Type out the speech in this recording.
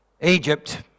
Egypt